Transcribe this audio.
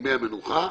בימי המנוחה.